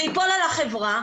זה ייפול על החברה,